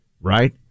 right